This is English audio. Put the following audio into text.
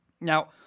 Now